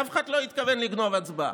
אף אחד לא התכוון לגנוב הצבעה.